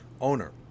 owner